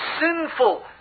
sinful